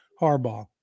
Harbaugh